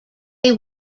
they